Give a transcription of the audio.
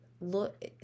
look